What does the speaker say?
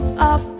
Up